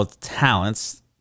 talents